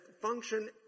function